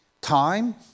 time